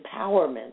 empowerment